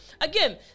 Again